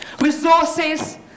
resources